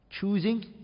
choosing